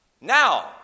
Now